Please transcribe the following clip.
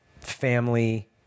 family